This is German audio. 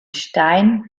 stein